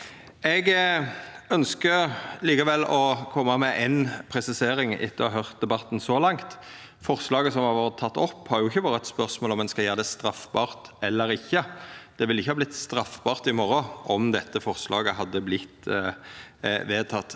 likevel å koma med ei presisering etter å ha høyrt debatten så langt. Forslaget som har vore teke opp, har jo ikkje vore eit spørsmål om ein skal gjera det straffbart eller ikkje. Det ville ikkje ha vorte straffbart i morgon om dette forslaget hadde vorte vedteke.